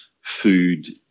food